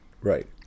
right